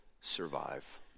survive